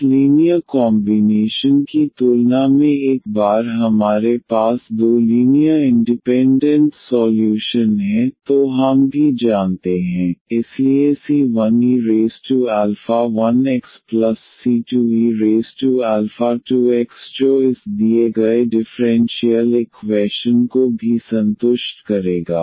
इस linear combination की तुलना में एक बार हमारे पास दो लीनियर इंडिपेंडेंट सॉल्यूशन हैं तो हम भी जानते हैं इसलिए c1e1xc2e2x जो इस दिए गए डिफ़्रेंशियल इक्वैशन को भी संतुष्ट करेगा